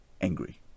angry